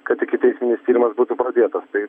kad ikiteisminis tyrimas būtų pradėtas tai